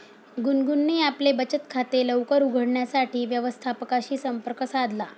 गुनगुनने आपले बचत खाते लवकर उघडण्यासाठी व्यवस्थापकाशी संपर्क साधला